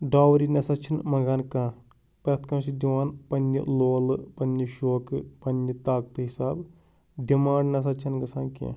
ڈاوری نَہ سا چھِنہٕ منٛگان کانٛہہ پرٛیٚتھ کانٛہہ چھُ دِوان پننہِ لولہٕ پننہِ شوقہٕ پننہِ طاقتہٕ حسابہٕ ڈِمانٛڈ نَہ سا چھَنہٕ گژھان کیٚنٛہہ